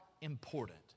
important